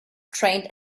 trained